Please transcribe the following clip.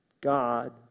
God